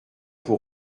pour